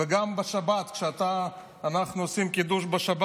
ומה כתוב גם בקידוש שאנחנו עושים בשבת?